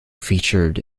featured